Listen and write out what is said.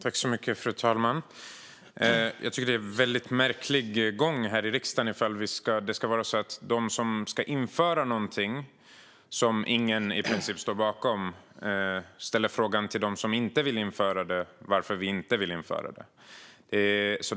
Fru talman! Det blir en väldigt märklig gång här i riksdagen ifall det ska vara så att de som ska införa något som ingen i princip står bakom ska fråga dem som inte vill införa det varför de inte vill det.